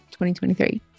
2023